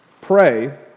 Pray